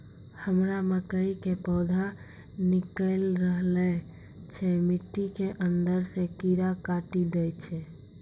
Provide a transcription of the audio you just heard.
हमरा मकई के पौधा निकैल रहल छै मिट्टी के अंदरे से कीड़ा काटी दै छै?